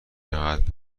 جهت